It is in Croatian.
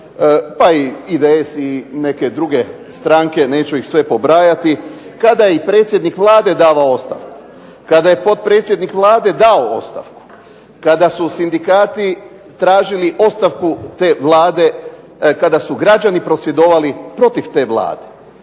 pa i IDS i neke druge stranke, kada je i predsjednik Vlade davao ostavku, kada je potpredsjednik Vlade dao ostavku, kada su sindikati tražili ostavku te Vlade, kada su građani prosvjedovali protiv te Vlade,